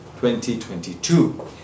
2022